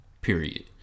Period